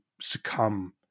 succumb